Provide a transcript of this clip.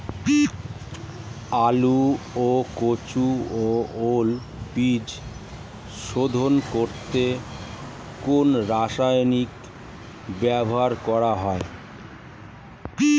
আলু ও কচু ও ওল বীজ শোধন করতে কোন রাসায়নিক ব্যবহার করা হয়?